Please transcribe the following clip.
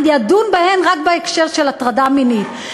אני אדון בהן רק בהקשר של הטרדה מינית.